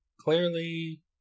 Clearly